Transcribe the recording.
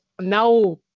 now